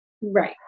Right